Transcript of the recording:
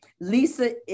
Lisa